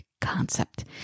concept